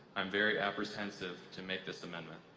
i'm very apprehensive to make this amendment.